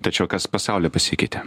tačiau kas pasaulyje pasikeitė